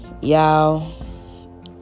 Y'all